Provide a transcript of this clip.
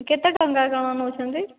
କେତେ ଟଙ୍କା କ'ଣ ନେଉଛନ୍ତି